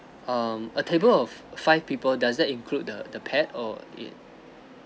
um a table of five people doesn't include the the pet or it